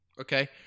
Okay